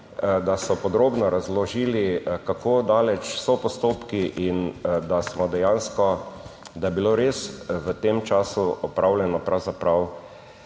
da so podrobno razložili kako daleč so postopki, in da smo dejansko, da je bilo res v tem času opravljeno pravzaprav